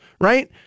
Right